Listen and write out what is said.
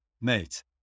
mate